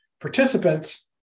Participants